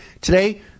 Today